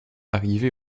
arrivés